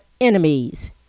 enemies